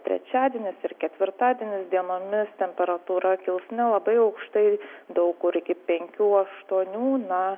trečiadienis ir ketvirtadienis dienomis temperatūra kils nelabai aukštai daug kur iki penkių aštuonių na